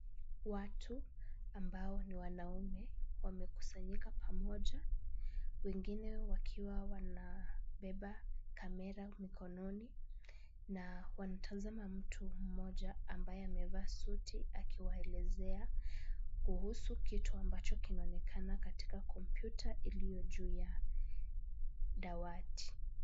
Watu ambao ni wanaume wamekusanyika pamoja, wengine wakiwa wanabeba kamera mikononi na wanatazama mtu mmoja ambaye amevaa suti, akiwaelezea kuhusu kitu ambacho kinaonekana katika kompyuta iliyo juu ya dawati.